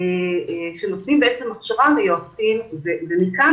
שנותנים הכשרה ליועצים, ומכאן